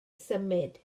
symud